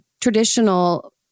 traditional